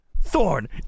Thorn